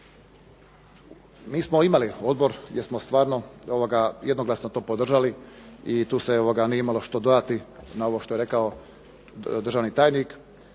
Mi smo imali odbor jer smo stvarno jednoglasno to podržali i tu se nije imalo što dodati na ovo što je rekao državni tajnik